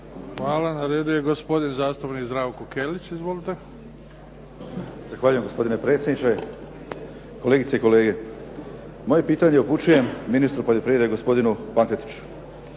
Hvala. Na redu je gospodin zastupnik Zdravko Kelić. Izvolite. **Kelić, Zdravko (HSS)** Zahvaljujem gospodine predsjedniče, kolegice i kolege. Moje pitanje upućujem ministru poljoprivrede, gospodinu Pankretiću.